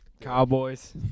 Cowboys